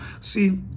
See